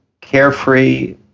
carefree